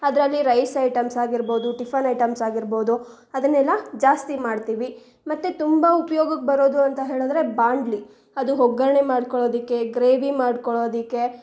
ಅದರಲ್ಲಿ rice items ಆಗಿರ್ಬೋದು tiffin items ಆಗಿರ್ಬೋದು ಅದನ್ನೆಲ್ಲ ಜಾಸ್ತಿ ಮಾಡ್ತೀವಿ ಮತ್ತು ತುಂಬ ಉಪ್ಯೋಗಕ್ಕೆ ಬರೋದು ಅಂತ ಹೇಳಿದ್ರೆ ಬಾಂಡ್ಲೆ ಅದು ಒಗ್ಗರ್ಣೆ ಮಾಡ್ಕೊಳ್ಳೋದಕ್ಕೆ ಗ್ರೇವಿ ಮಾಡ್ಕೊಳ್ಳೋದಕ್ಕೆ